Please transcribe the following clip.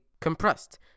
compressed